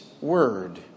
word